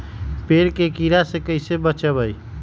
पेड़ के कीड़ा से कैसे बचबई?